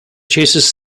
chases